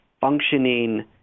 functioning